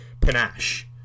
panache